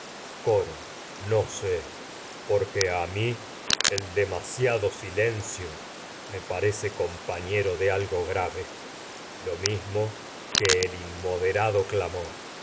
coro no sé porque a mi el demasiado silencio me grave parece compañero de algo lo mismo que el in moderado clamor